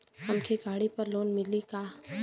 हमके गाड़ी पर लोन मिली का?